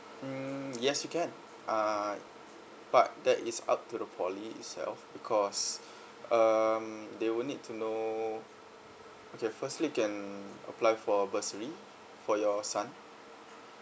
mm yes you can err but that is up to the poly itself because um they will need to know okay firstly you can apply for bursary for your son